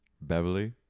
Beverly